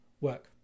work